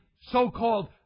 so-called